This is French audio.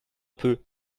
peu